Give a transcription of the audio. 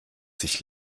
sich